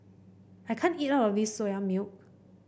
I can't eat all of this Soya Milk